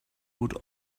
would